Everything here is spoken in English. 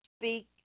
speak